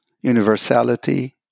universality